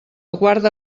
guarde